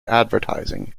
advertising